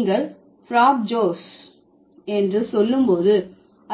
நீங்கள் ஃப்ராப்ஜோஸ் என்று சொல்லும் போது